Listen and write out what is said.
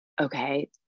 okay